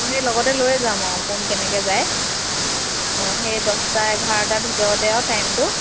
অঁ সেই লগতে লৈ যাম আৰু কোন কেনেকৈ যায় অঁ সেই দহটা এঘাৰটা ভিতৰতে আৰু টাইমটো